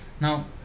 now